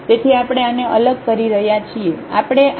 તેથી આપણે આને અલગ કરી રહ્યા છીએ